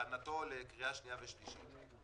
אחרי שאני